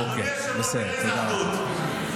אדוני היושב-ראש, תראה איזו אחדות.